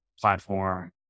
platform